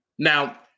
Now